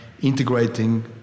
integrating